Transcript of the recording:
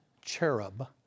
cherub